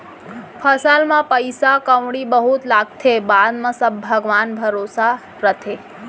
फसल म पइसा कउड़ी बहुत लागथे, बाद म सब भगवान भरोसा रथे